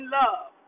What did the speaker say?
love